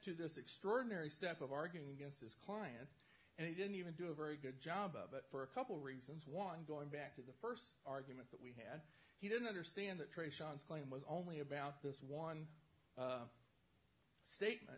to this extraordinary step of arguing against his client and he didn't even do a very good job of it for a couple reasons one going back to the st argument that when he didn't understand that trey shawn's claim was only about this one statement